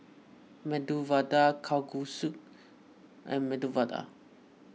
Medu Vada Kalguksu and Medu Vada